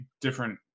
different